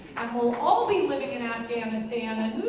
and we'll all be living in afghanistan and